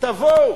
תבואו.